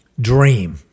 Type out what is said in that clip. dream